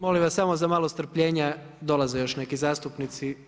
Molim vas samo za malo strpljenja, dolaze još neki zastupnici.